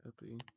happy